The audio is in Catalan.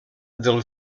del